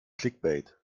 clickbait